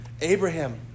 Abraham